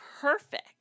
perfect